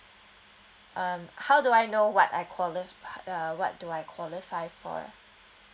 um how do I know what I quali~ uh what do I qualify for